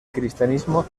cristianismo